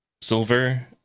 Silver